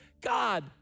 God